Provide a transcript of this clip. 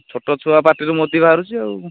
ଛୋଟ ଛୁଆ ପାଟିରୁ ମୋଦୀ ବାହାରୁଛି ଆଉ